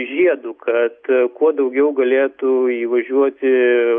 žiedu kad kuo daugiau galėtų įvažiuoti